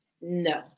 No